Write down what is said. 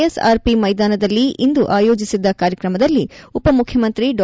S R P ಮೈದಾನದಲ್ಲಿ ಇಂದು ಆಯೋಜಿಸಿದ್ದ ಕಾರ್ಯಕ್ರಮದಲ್ಲಿ ಉಪ ಮುಖ್ಯಮಂತ್ರಿ ಡಾ